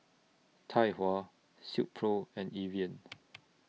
Tai Hua Silkpro and Evian